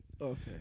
Okay